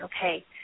okay